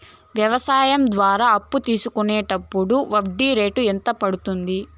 వ్యవసాయం ద్వారా అప్పు తీసుకున్నప్పుడు వడ్డీ రేటు ఎంత పడ్తుంది